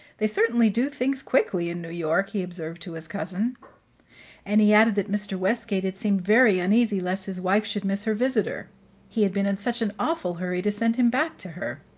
they certainly do things quickly in new york, he observed to his cousin and he added that mr. westgate had seemed very uneasy lest his wife should miss her visitor he had been in such an awful hurry to send him back to her.